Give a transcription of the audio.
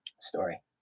story